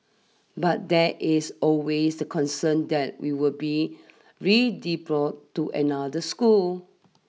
but there is always a concern that we will be redeployed to another school